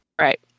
Right